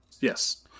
Yes